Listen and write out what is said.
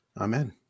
Amen